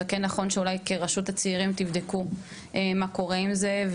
אבל אולי נכון שכרשות הצעירים תבדקו מה קורה עם זה,